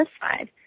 satisfied